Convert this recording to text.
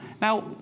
Now